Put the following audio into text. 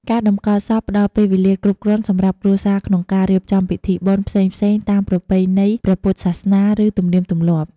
ការតម្កល់សពផ្តល់ពេលវេលាគ្រប់គ្រាន់សម្រាប់គ្រួសារក្នុងការ រៀបចំពិធីបុណ្យ ផ្សេងៗតាមប្រពៃណីព្រះពុទ្ធសាសនា ឬទំនៀមទម្លាប់។